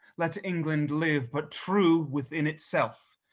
let england live but true within itself,